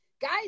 guys